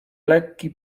lekki